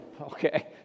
Okay